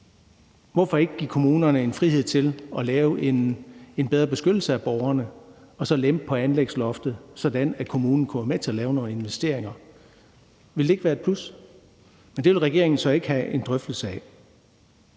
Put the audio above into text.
Hvorfor ikke give kommunerne frihed til at lave en bedre beskyttelse af borgerne og så lempe på anlægsloftet, sådan at kommunen kunne være med til at lave nogle investeringer? Vil det ikke være et plus? Men det vil regeringen så ikke have en drøftelse